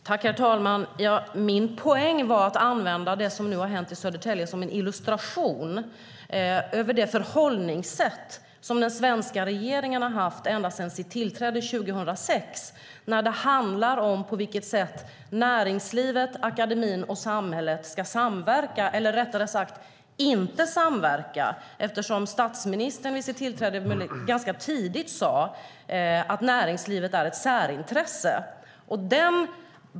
Herr talman! Min poäng var att använda det som nu har hänt i Södertälje som en illustration av det förhållningssätt som den svenska regeringen har haft ända sedan sitt tillträde 2006 när det handlar om hur näringslivet, akademin och samhället ska samverka - eller rättare sagt inte samverka. Vid sitt tillträde sade statsministern ganska tidigt att näringslivet är ett särintresse.